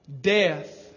death